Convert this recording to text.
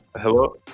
hello